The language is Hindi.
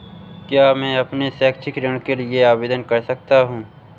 क्या मैं अपने शैक्षिक ऋण के लिए आवेदन कर सकता हूँ?